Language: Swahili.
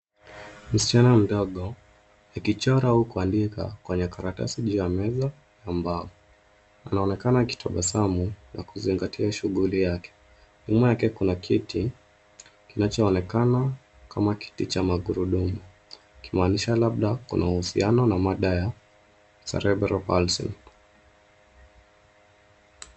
Msichana mdogo, akichora au kuandika, kwenye karatasi juu ya meza ya mbao. Anaonekana akitabasamu na kuzingatia shuguli yake. Nyuma yake kuna kiti kinachoonekana kama kiti cha magurudumu, ikimaanisha labda kuna uhusiano na maada ya cs[cerebral palsy]cs.